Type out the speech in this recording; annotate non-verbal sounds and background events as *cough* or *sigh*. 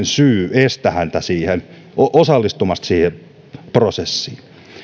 *unintelligible* syy estää häntä osallistumasta siihen prosessiin